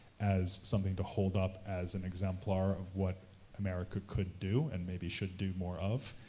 as something to hold up as an exemplar of what america could do, and maybe should do more of,